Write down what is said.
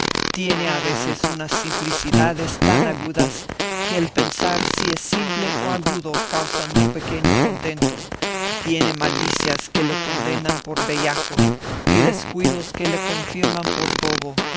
tiene a veces unas simplicidades tan agudas que el pensar si es simple o agudo causa no pequeño contento tiene malicias que le condenan por bellaco y descuidos que le confirman por bobo